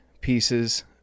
pieces